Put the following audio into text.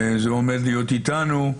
זה עומד להיות איתנו.